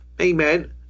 Amen